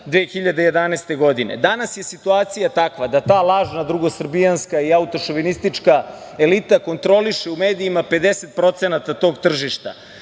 2011. godine. Danas je situacija takva da ta lažna drugosrbijanska i autošovinističa elita kontroliše u medijima 50% tog tržišta.